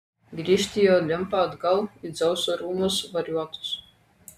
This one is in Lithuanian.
grįžt į olimpą atgal į dzeuso rūmus variuotus